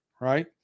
right